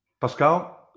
Pascal